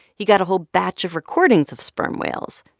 he got a whole batch of recordings of sperm whales.